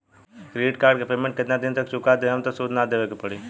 Credit card के payment केतना दिन तक चुका देहम त सूद ना देवे के पड़ी?